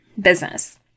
business